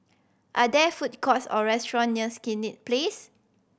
are there food courts or restaurant near Senett Place